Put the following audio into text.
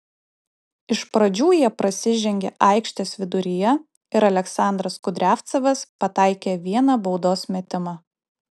iš pradžių jie prasižengė aikštės viduryje ir aleksandras kudriavcevas pataikė vieną baudos metimą